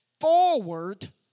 forward